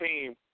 team